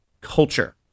culture